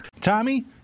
Tommy